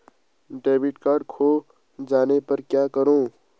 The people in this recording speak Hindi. डेबिट कार्ड खो जाने पर क्या करूँ?